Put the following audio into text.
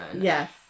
yes